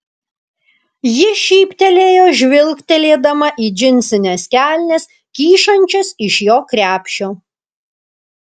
ji šyptelėjo žvilgtelėdama į džinsines kelnes kyšančias iš jo krepšio